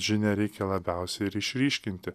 žinią reikia labiausiai ir išryškinti